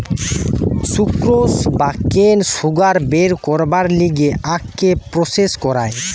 sucrose বা কেন sugar বের করবার লিগে আখকে প্রসেস করায়